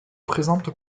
présente